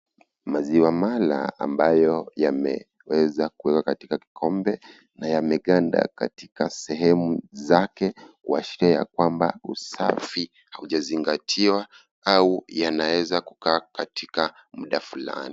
Maziwa mala ambayo yameweza kuwekwa katika kikombe na yameganda katika sehemu zake, kuashiria ya kwamba, usafi hujazingatiwa au yanaweza kukaa katika muda fulani.